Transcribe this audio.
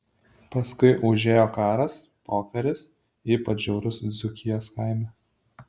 paskui užėjo karas pokaris ypač žiaurūs dzūkijos kaime